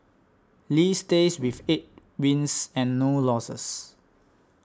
Lee stays with eight wins and no losses